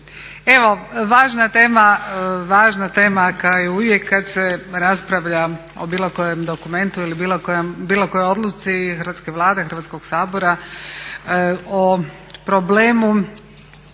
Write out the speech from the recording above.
Evo važna tema kao i uvijek kada se raspravlja o bilo kojem dokumentu ili bilo kojoj odluci hrvatskoj Vladi, Hrvatsko sabora o problemu